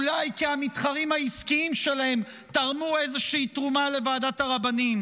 אולי כי המתחרים העסקיים שלהם תרמו איזה שהיא תרומה לוועדת הרבנים,